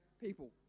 people